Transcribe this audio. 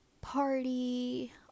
party